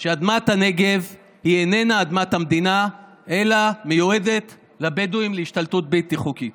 שאדמת הנגב איננה אדמת המדינה אלא מיועדת לבדואים להשתלטות בלתי חוקית.